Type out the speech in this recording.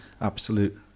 absolute